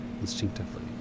instinctively